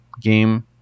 game